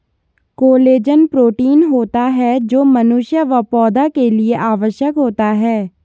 collagen protein होता है जो मनुष्य व पौधा के लिए आवश्यक होता है